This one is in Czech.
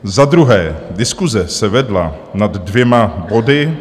Za druhé, diskuse se vedla nad dvěma body.